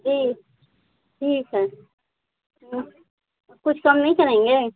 जी ठीक है कुछ कम नहीं करेंगे